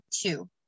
two